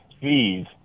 fees